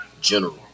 general